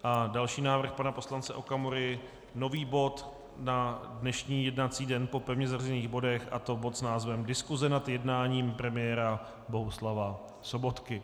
A další návrh pana poslance Okamury, nový bod na dnešní jednací den po pevně zařazených bodech, a to bod s názvem Diskuse nad jednáním premiéra Bohuslava Sobotky.